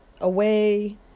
away